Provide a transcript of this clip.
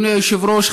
אדוני היושב-ראש,